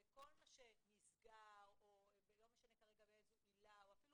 וכל מה שנסגר או לא משנה באיזו עילה אפילו